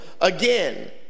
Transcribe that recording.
again